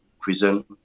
prison